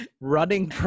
running